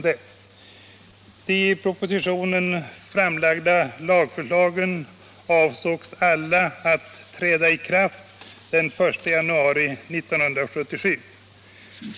De i propositionerna framlagda lagförslagen avsågs alla träda i kraft den 1 januari 1977.